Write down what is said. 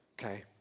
Okay